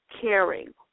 caring